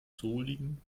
solingen